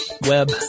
web